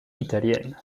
italienne